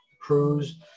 cruise